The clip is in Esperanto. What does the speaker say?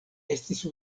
estis